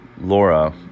Laura